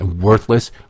worthless